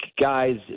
guys